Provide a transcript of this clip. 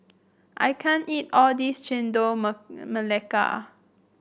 I can't eat all this Chendol Melaka